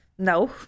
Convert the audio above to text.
No